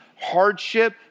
hardship